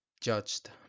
judged